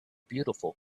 beautiful